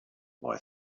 boy